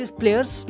players